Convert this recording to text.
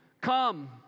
come